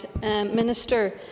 Minister